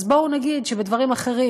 אז בואו נגיד שבדברים אחרים,